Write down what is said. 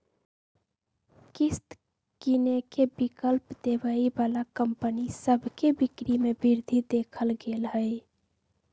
किस्त किनेके विकल्प देबऐ बला कंपनि सभ के बिक्री में वृद्धि देखल गेल हइ